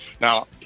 Now